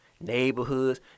neighborhoods